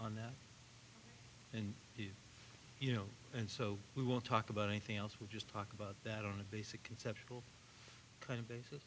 on that and you know and so we won't talk about anything else we just talk about that on a basic conceptual